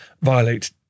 violate